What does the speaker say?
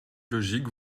logique